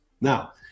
Now